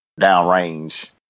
downrange